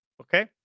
okay